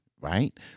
Right